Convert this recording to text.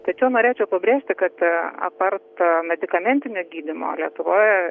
tačiau norėčiau pabrėžti kad apart medikamentinio gydymo lietuvoje